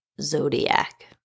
Zodiac